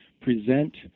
present